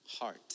heart